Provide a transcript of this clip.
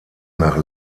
nach